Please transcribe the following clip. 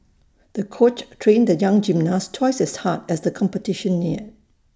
the coach trained the young gymnast twice as hard as the competition neared